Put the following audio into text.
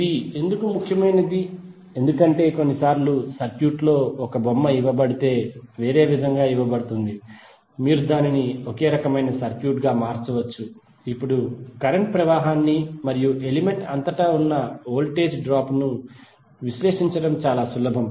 ఇది ఎందుకు ముఖ్యమైనది ఎందుకంటే కొన్నిసార్లు సర్క్యూట్లో ఒక బొమ్మ ఇవ్వబడితే వేరే విధంగా ఇవ్వబడుతుంది మీరు దానిని ఒకే రకమైన సర్క్యూట్ గా మార్చవచ్చు ఇక్కడ కరెంట్ ప్రవాహాన్ని మరియు ఎలిమెంట్ అంతటా ఉన్న వోల్టేజ్ డ్రాప్ ను విశ్లేషించడం చాలా సులభం